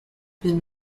been